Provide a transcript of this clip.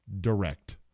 direct